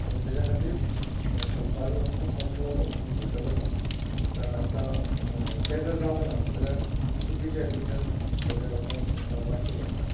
आनी ताचे खातीर संपादन हो खूब मोठो घटक आसा कारण आतां तें जर जावंक ना जाल्यार चुकीच्या हेतूंतल्यान सगळ्या लोकांक वाचचें पडटां